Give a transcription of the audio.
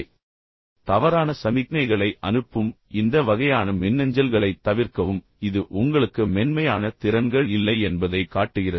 எனவே தவறான சமிக்ஞைகளை அனுப்பும் இந்த வகையான மின்னஞ்சல்களைத் தவிர்க்கவும் இது பொதுவாக உங்களுக்கு மென்மையான திறன்கள் இல்லை என்பதைக் காட்டுகிறது